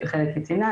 חלק היא ציינה,